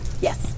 Yes